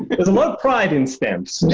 there's a lot of pride in stamps.